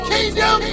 Kingdom